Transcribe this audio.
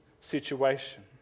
situation